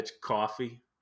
coffee